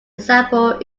example